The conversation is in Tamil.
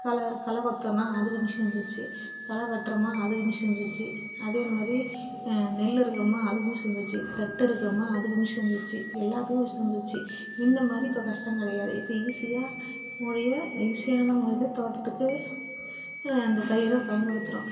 களை களைக் கொத்துன்னால் அதுக்கு மிஷின் வந்துடுச்சி களை வெட்டுறமா அதுக்கு மிஷின் வந்துடுச்சி அதேமாதிரி நெல் அறுக்கிறோமா அதுக்கு மிஷின் வந்துடுச்சி தட்டை அறுக்கிறோமா அதுக்கு மிஷின் வந்துடுச்சி எல்லாத்துக்கும் மிஷின் வந்துச்சு முன்ன மாதிரி இப்போ கஷ்டங் கிடையாது இப்போ ஈஸியாக முடிய ஈஸியான ஒருது தோட்டத்துக்கு இந்த கருவியெலாம் பயன்படுத்துகிறோம்